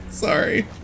Sorry